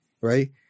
right